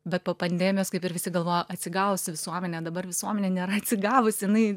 bet po pandemijos kaip ir visi galvojo atsigaus visuomenė dabar visuomenė nėra atsigavusi jinai